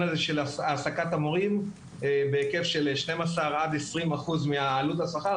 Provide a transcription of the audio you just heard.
הזה של העסקת המורים בהיקף של 12%-20% מעלות השכר,